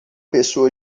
pessoa